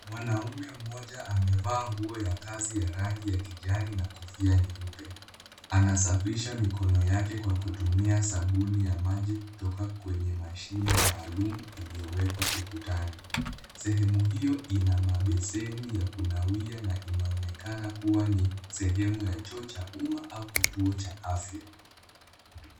Mwanaume mmoja amevaa nguo ya kazi ya rangi ya kijani na kofia nyeupe. Anasafisha mikono yake kwa kutumia sabuni ya maji kutoka kwenye mashine maalum iliyowekwa ukutani. Sehemu hiyo ina mabesheni ya kunawia na inaonekana kuwa ni sehemu ya choo cha umma au kituo cha afya.